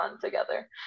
together